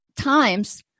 times